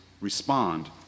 respond